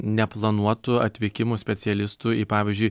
neplanuotų atvykimų specialistų į pavyzdžiui